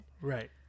Right